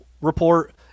report